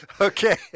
Okay